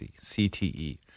CTE